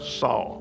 saw